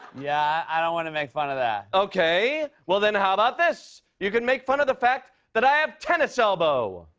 yeah, i don't want to make fun of that. okay. well, then, how about this? you could make fun of the fact that i have tennis elbow.